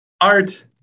Art